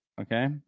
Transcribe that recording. okay